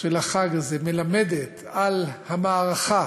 שלו מלמדת על המערכה